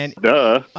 Duh